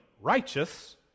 righteous